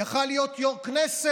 הוא יכול היה להיות יו"ר כנסת,